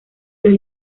los